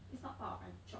it's not part of my job